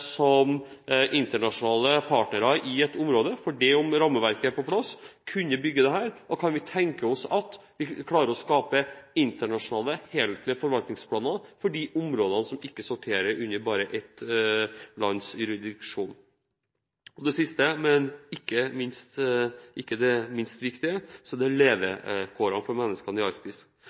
kunne bygge dette. Kan vi tenke oss at vi klarer å skape internasjonale, helhetlige forvaltningsplaner for de områdene som ikke sorterer under bare ett lands jurisdiksjon? Og sist, men ikke minst viktig, gjelder det levekårene for menneskene i Arktis. Menneskerettigheter skal ligge i